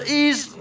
ease